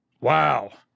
Wow